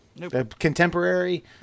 contemporary